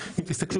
תראו